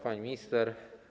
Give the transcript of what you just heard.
Pani Minister!